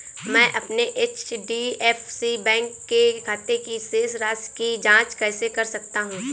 मैं अपने HDFC bank के खाते की शेष राशि की जाँच कैसे कर सकता हूँ?